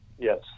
Yes